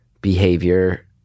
behavior